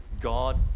God